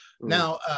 now